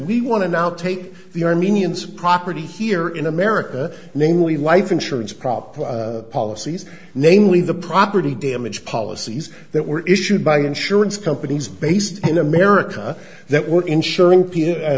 we want to now take the armenians property here in america namely life insurance proper policies namely the property damage policies that were issued by insurance companies based in america that were ensuring